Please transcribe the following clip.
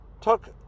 took